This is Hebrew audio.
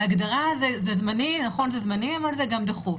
בהגדרה זה זמני, נכון זה זמני, אבל זה גם דחוף.